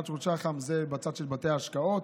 אלטשולר שחם בצד של בתי ההשקעות,